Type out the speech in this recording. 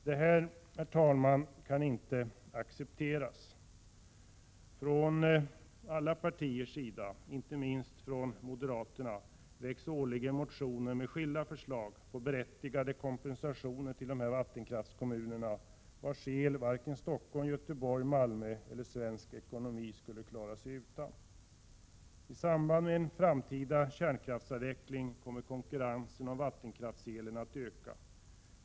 Detta, herr talman, kan inte accepteras. Från alla partiers sida — inte minst från moderaterna — väcks årligen motioner med skilda förslag till berättigade kompensationer till dessa vattenkraftskommuner vilkas el varken Stockholm, Göteborg, Malmö eller svensk ekonomi skulle klara sig utan. I samband med en framtida kärnkraftsavveckling kommer konkurrensen om vattenkrafts elen att öka.